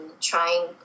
trying